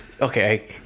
okay